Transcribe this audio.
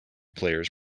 players